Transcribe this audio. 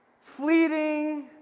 fleeting